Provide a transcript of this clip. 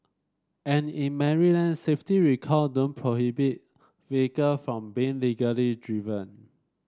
and in Maryland safety recall don't prohibit vehicle from being legally driven